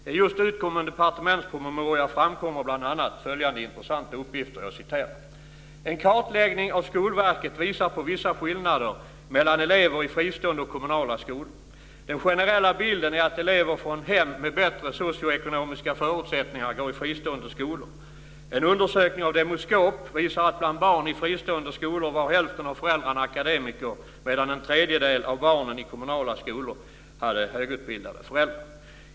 I en just utkommen departementspromemoria framkommer bl.a. följande intressanta uppgifter: "En kartläggning av Skolverket visar på vissa skillnader mellan elever i fristående och kommunala skolor. Den generella bilden är att elever från hem med bättre socioekonomiska förutsättningar går i fristående skolor. En undersökning av Demoskop visar att bland barn i fristående skolor var hälften av föräldrarna akademiker, medan en tredjedel av barnen i kommunala skolor hade högutbildade föräldrar.